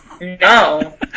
No